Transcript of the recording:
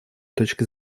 точки